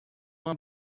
uma